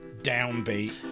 downbeat